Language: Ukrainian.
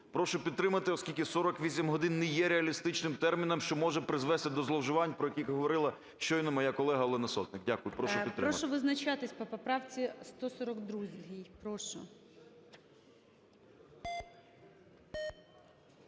Прошу підтримати, оскільки 48 годин не є реалістичним терміном, що може призвести до зловживань, про які говорила щойно моя колега Олена Сотник. Дякую. Прошу підтримати. ГОЛОВУЮЧИЙ. Прошу визначатись по поправці 142, прошу.